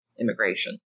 immigration